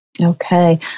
Okay